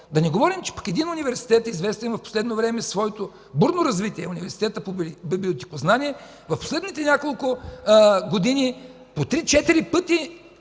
Да не говорим, че един университет, известен в последно време със своето бурно развитие – Университетът по библиотекознание, в последните няколко години по 3 – 4 пъти